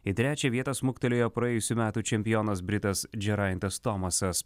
į trečią vietą smuktelėjo praėjusių metų čempionas britas džeraidas tomasas